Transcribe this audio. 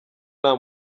nta